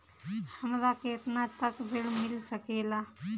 हमरा केतना तक ऋण मिल सके ला?